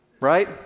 right